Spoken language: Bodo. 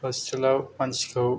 हस्पिताल आव मानसिखौ